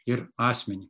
ir asmenį